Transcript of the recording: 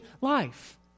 life